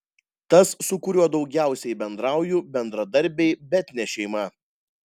tas su kuriuo daugiausiai bendrauju bendradarbiai bet ne šeima